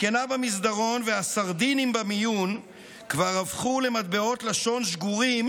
הזקנה במסדרון והסרדינים במיון כבר הפכו למטבעות לשון שגורים,